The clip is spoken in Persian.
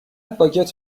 باگت